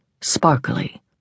sparkly